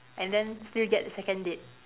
and then still get second date